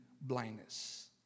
blindness